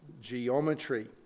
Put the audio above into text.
geometry